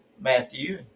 Matthew